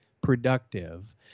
productive